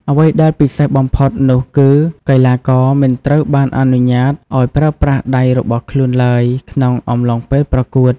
អ្វីដែលពិសេសបំផុតនោះគឺកីឡាករមិនត្រូវបានអនុញ្ញាតឲ្យប្រើប្រាស់ដៃរបស់ខ្លួនឡើយក្នុងអំឡុងពេលប្រកួត។